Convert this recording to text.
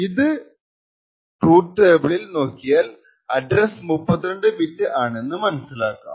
ഈ truth table നോക്കിയാൽ address 32 bit ആണെന്ന് മനസിലാക്കാം